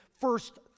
first